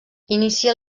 inicia